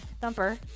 thumper